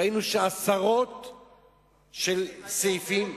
ראינו שעשרות סעיפים,